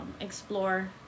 explore